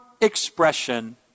expression